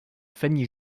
famille